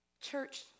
Church